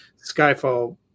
skyfall